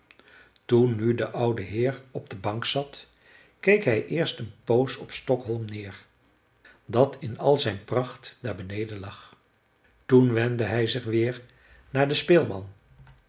toen nu de oude heer op de bank zat keek hij eerst een poos op stockholm neer dat in al zijn pracht daar beneden lag toen wendde hij zich weer naar den speelman